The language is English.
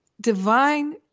divine